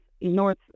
north